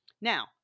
Now